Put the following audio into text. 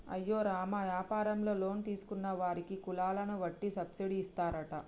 అయ్యో రామ యాపారంలో లోన్ తీసుకున్న వారికి కులాలను వట్టి సబ్బిడి ఇస్తారట